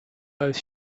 both